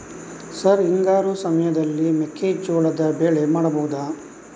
Sir ಹಿಂಗಾರು ಸಮಯದಲ್ಲಿ ಮೆಕ್ಕೆಜೋಳದ ಬೆಳೆ ಮಾಡಬಹುದಾ?